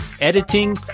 editing